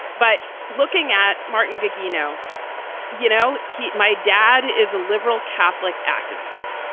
but looking at martin giggie know you know, he my dad is a liberal catholic activist.